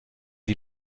die